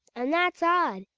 and that's odd,